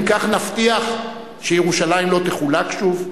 האם כך נבטיח שירושלים לא תחולק שוב?